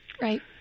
Right